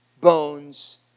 bones